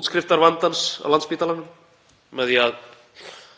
útskriftarvandans á Landspítalanum með því